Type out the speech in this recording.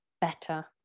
better